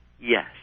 Yes